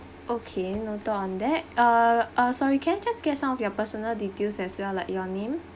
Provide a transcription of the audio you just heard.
okay noted on that err err sorry can I just get some of your personal details as well like your name